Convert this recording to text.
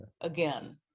again